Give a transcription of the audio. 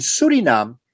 Suriname